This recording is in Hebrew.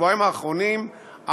בשבועיים האחרונים,